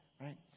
right